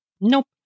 Nope